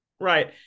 right